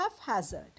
haphazard